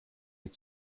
mit